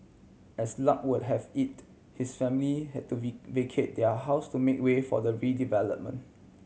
as luck would have it his family had to vacate their house to make way for the redevelopment